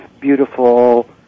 beautiful